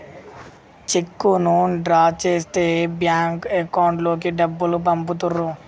చెక్కును డ్రా చేస్తే bank account లోకి డబ్బులు పంపుతుర్రు